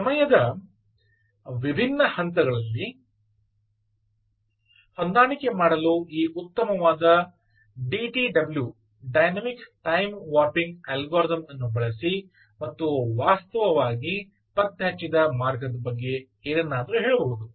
ಸಮಯದ ವಿಭಿನ್ನ ಹಂತಗಳಲ್ಲಿ ಹೊಂದಾಣಿಕೆ ಮಾಡಲು ಈ ಉತ್ತಮವಾದ DTW dynamic time warping algorithm ಅನ್ನು ಬಳಸಿ ಮತ್ತು ವಾಸ್ತವವಾಗಿ ಪತ್ತೆಹಚ್ಚಿದ ಮಾರ್ಗದ ಬಗ್ಗೆ ಏನನ್ನಾದರೂ ಹೇಳಬಹುದು